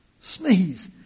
sneeze